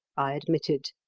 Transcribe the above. i admitted.